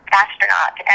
astronaut